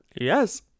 Yes